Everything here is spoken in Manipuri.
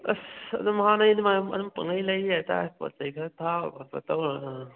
ꯑꯁ ꯑꯗꯨꯝ ꯍꯟꯅꯩꯗꯨꯃꯥꯏꯅ ꯑꯗꯨꯝ ꯄꯪꯂꯩ ꯂꯩꯔꯤ ꯍꯥꯏꯇꯥꯔꯦ ꯄꯣꯠ ꯆꯩ ꯈꯔ ꯊꯥꯕ ꯈꯣꯠꯄ ꯇꯧꯔꯒ